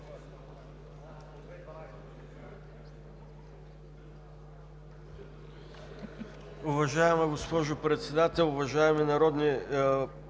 Уважаема госпожо Председател, уважаеми народни представители.